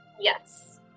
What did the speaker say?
Yes